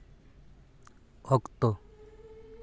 ᱚᱠᱛᱚ